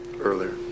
earlier